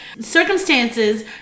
circumstances